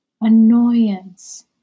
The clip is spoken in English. annoyance